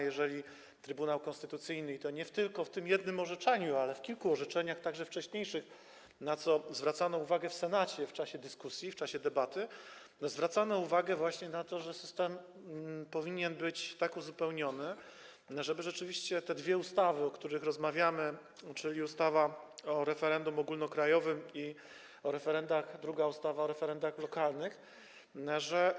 Jeżeli Trybunał Konstytucyjny - i to nie tylko w tym jednym orzeczeniu, ale w kilku orzeczeniach, także wcześniejszych, na co zwracano uwagę w Senacie w czasie dyskusji, w czasie debaty - zwracał uwagę właśnie na to, że system powinien być tak uzupełniony, żeby rzeczywiście te dwie ustawy, o których rozmawiamy, czyli ustawa o referendum ogólnokrajowym i druga ustawa, o referendum lokalnym.